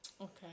Okay